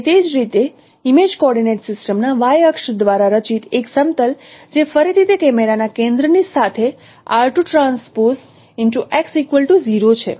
અને તે જ રીતે ઇમેજ કોઓર્ડિનેંટ સિસ્ટમ ના y અક્ષ દ્વારા રચિત એક સમતલ જે ફરીથી તે કેમેરાના કેન્દ્રની સાથે છે